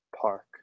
Park